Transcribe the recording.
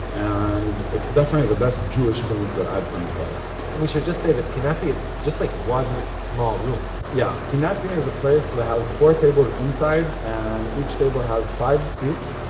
and it's definitely the best jewish hummus that i've come across and we should just say that pinati, it's just like one small room yeah, pinati is a place that has four tables inside, and each table has five seats,